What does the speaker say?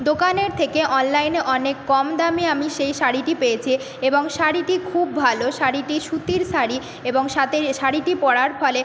দোকানের থেকে অনলাইনে অনেক কম দামে আমি সেই শাড়িটি পেয়েছি এবং শাড়িটি খুব ভালো শাড়িটি সুতির শাড়ি এবং সাথে শাড়িটি পরার ফলে